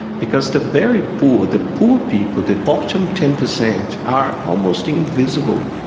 because the very poor, the poor people, the bottom ten percent are almost invisible.